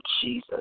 Jesus